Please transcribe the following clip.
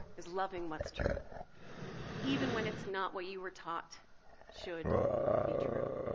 is loving what's true even when it's not what you were taught should be true.